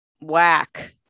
whack